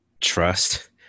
trust